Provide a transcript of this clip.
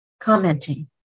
commenting